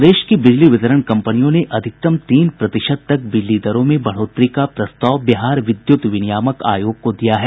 प्रदेश की बिजली वितरण कंपनियों ने अधिकतम तीन प्रतिशत तक बिजली दरों में बढ़ोतरी का प्रस्ताव बिहार विद्युत विनियामक आयोग को दिया है